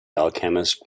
alchemist